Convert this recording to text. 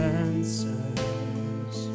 answers